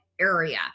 area